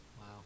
Wow